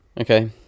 Okay